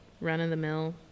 run-of-the-mill